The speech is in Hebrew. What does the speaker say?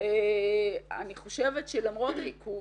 אני חושבת שלמרות העיכוב,